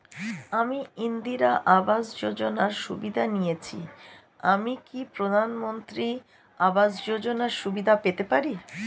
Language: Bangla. আমি ইন্দিরা আবাস যোজনার সুবিধা নেয়েছি আমি কি প্রধানমন্ত্রী আবাস যোজনা সুবিধা পেতে পারি?